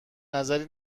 نظری